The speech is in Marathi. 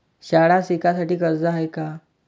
शाळा शिकासाठी कर्ज हाय का?